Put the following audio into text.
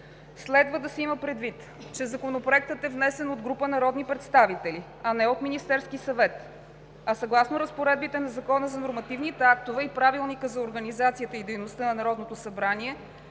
Следва да се има предвид, че Законопроектът е внесен от група народни представители, а не от Министерския съвет. Съгласно разпоредбите на Закона за нормативните актове и Правилника за организацията и дейността на Народното събрание,